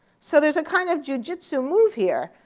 so there's a kind of jujitsu move here.